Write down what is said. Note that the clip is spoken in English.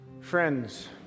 Friends